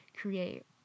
create